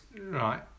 right